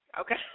Okay